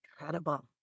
Incredible